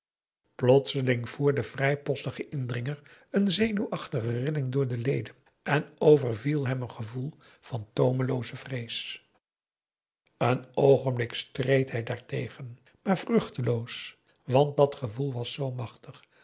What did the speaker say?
plotseling voer den vrijpostigen indringer een zenuwachtige rilling door de leden en overviel hem een gevoel van toomelooze vrees een oogenblik streed hij daartegen maar vruchteloos want dat gevoel was zoo machtig